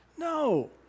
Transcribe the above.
No